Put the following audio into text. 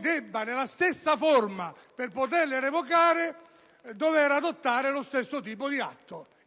di atto, nella stessa forma, per poterle revocare.